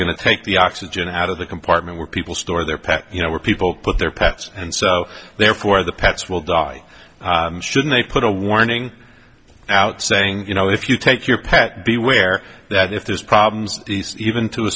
to take the oxygen out of the compartment where people store their pets you know where people put their pets and so therefore the pets will die shouldn't they put a warning out saying you know if you take your pet be aware that if there's problems even to a